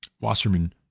Wasserman